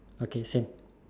okay same